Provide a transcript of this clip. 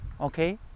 okay